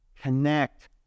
Connect